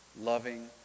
loving